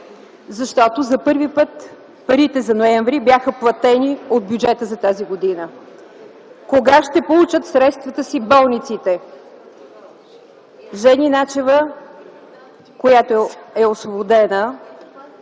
защото за първи път парите за м. ноември бяха платени от бюджета за тази година? Кога ще получат средствата си болниците? Жени Начева, която е освободена